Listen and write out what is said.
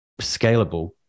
scalable